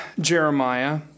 Jeremiah